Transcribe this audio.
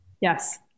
Yes